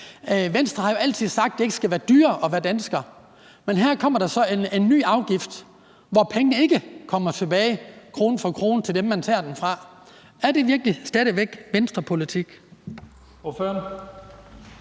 Venstre har jo altid sagt, at det ikke skal være dyrere at være dansker, men her kommer der så en ny afgift, hvor pengene ikke kommer tilbage krone for krone til dem, man tager den fra: Er det virkelig stadig væk Venstrepolitik?